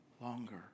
longer